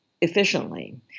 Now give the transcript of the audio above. efficiently